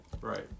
right